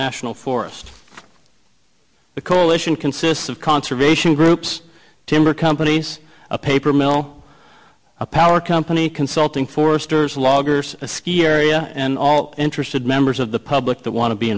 national forest the coalition consists of conservation groups timber companies a paper mill a power company consulting foresters a log or a ski area and all interested members of the public that want to be